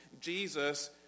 Jesus